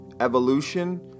Evolution